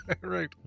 Right